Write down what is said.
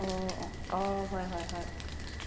অঁ হয় হয় হয়